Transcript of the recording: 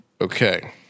Okay